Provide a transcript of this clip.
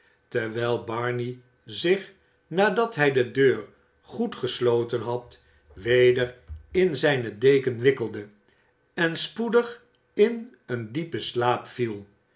terwijl barney zich nadat hij de deur goed gesloten had weder in zijne deken wikkelde en spoedig in een diepen slaap viel